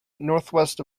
northwest